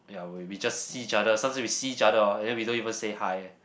ya we we just see each other some say we see each other hor then we don't even say hi eh